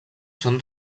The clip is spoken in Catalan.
són